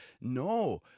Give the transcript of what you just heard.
no